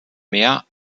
mehr